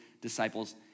disciples